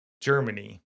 Germany